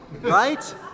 right